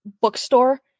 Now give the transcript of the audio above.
bookstore